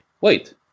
wait